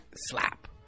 slap